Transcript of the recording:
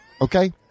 Okay